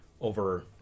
over